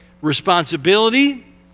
responsibility